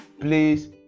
Please